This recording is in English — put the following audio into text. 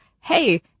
hey